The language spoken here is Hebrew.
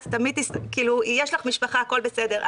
את, יש לך משפחה, הכול בסדר.